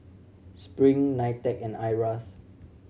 Spring NITEC and IRAS